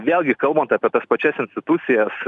vėlgi kalbant apie tas pačias institucijas